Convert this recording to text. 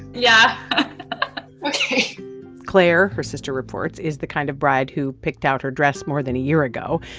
yeah ok claire, her sister reports, is the kind of bride who picked out her dress more than a year ago.